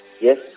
yes